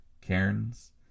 Cairns